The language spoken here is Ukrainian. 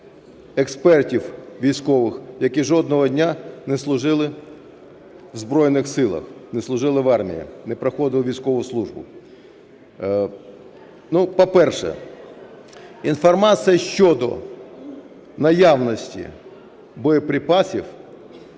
експертів військових, які жодного дня не служили в Збройних Силах, не служили в армії, не проходили військову службу. По-перше, інформація щодо наявності боєприпасів